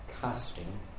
Casting